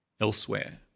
elsewhere